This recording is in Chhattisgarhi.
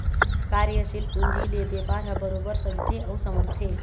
कार्यसील पूंजी ले बेपार ह बरोबर सजथे अउ संवरथे